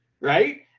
right